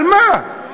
על מה?